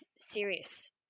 serious